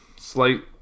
slight